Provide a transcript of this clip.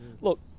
look